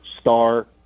star